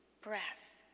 breath